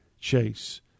chase